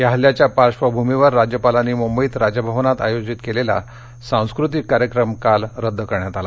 या हल्ल्याच्या पार्श्वभूमीवर राज्यपालांनी मुंबईत राज भवनात आयोजित केलेला सांस्कृतिक कार्यक्रम काल रद्द करण्यात आला